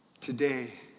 Today